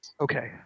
Okay